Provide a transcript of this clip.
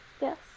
Yes